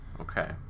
Okay